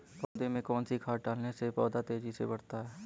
पौधे में कौन सी खाद डालने से पौधा तेजी से बढ़ता है?